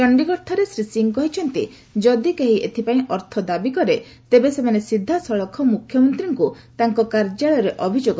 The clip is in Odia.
ଚଣ୍ଡୀଗଡ଼ଠାରେ ଶ୍ରୀ ସିଂ କହିଛନ୍ତି ଯଦି କେହି ଏଥିପାଇଁ ଅର୍ଥ ଦାବି କରେ ତେବେ ସେମାନେ ସିଧାସଳଖ ମୁଖ୍ୟମନ୍ତ୍ରୀଙ୍କୁ ତାଙ୍କ କାର୍ଯ୍ୟାଳୟରେ ଅଭିଯୋଗ କରିପାରିବେ